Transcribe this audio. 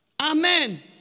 amen